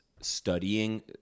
studying